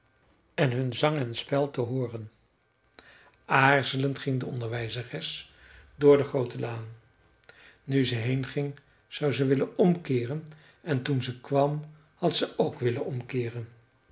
en hun zang en spel te hooren aarzelend ging de onderwijzeres door de groote laan nu ze heenging zou ze willen omkeeren en toen ze kwam had ze ook willen omkeeren